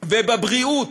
ובבריאות